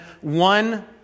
one